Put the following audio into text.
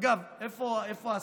אגב, איפה השר?